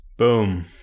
Boom